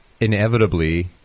Inevitably